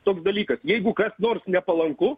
toks dalykas jeigu kas nors nepalanku